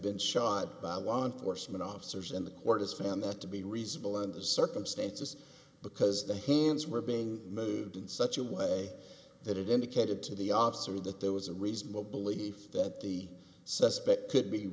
been shot by law enforcement officers and the court has found that to be reasonable in the circumstances because the hands were being moved in such a way that it indicated to the officer that there was a reasonable belief that the suspect could be